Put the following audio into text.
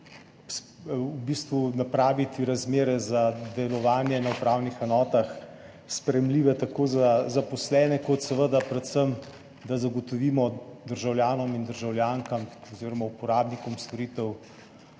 v bistvu napraviti razmere za delovanje na upravnih enotah sprejemljive tako za zaposlene kot seveda predvsem, da zagotovimo državljanom in državljankam oziroma uporabnikom storitev